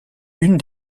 une